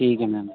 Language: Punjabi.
ਠੀਕ ਹੈ ਮੈਮ